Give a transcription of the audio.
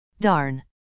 Darn